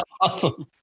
Awesome